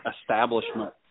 establishment